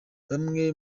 bamwe